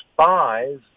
spies